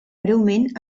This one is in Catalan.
breument